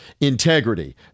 integrity